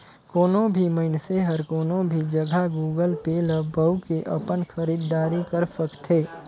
कोनो भी मइनसे हर कोनो भी जघा गुगल पे ल बउ के अपन खरीद दारी कर सकथे